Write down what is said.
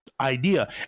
idea